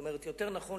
זאת אומרת, יותר נכון,